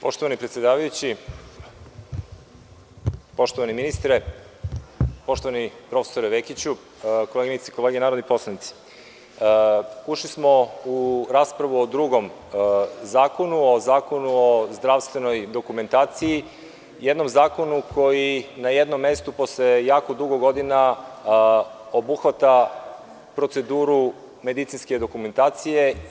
Poštovani predsedavajući, poštovani ministre, poštovani profesore Vekiću, koleginice i kolege narodni poslanici, ušli smo u raspravu o drugom zakonu, o Zakonu o zdravstvenoj dokumentaciji, jednom zakonu na jednom mestu koji posle jako dugo godina obuhvata proceduru medicinske dokumentacije.